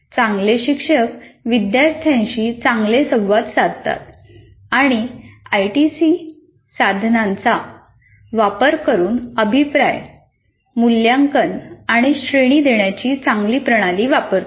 चांगले शिक्षक विद्यार्थ्यांशी चांगले संवाद साधतात आणि आयसीटी साधनांचा वापर करून अभिप्राय मूल्यांकन आणि श्रेणी देण्याची चांगली प्रणाली वापरतात